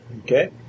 Okay